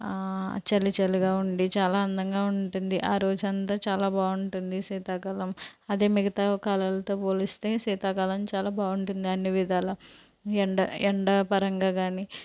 ఆ చలిచలిగా ఉండి చాలా అందంగా ఉంటుంది ఆ రోజంతా చాలా బాగుంటుంది శీతాకాలం అదే మిగతా కాలాలతో పోలిస్తే శీతాకాలం చాలా బాగుంటుంది అన్ని విధాల ఎండ ఎండ పరంగా కానీ